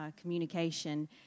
communication